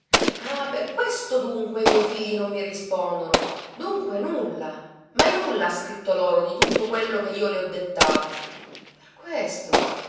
ah per questo dunque i miei figli non mi rispondono dunque nulla mai nulla ha scritto loro di tutto quello che io le ho dettato per questo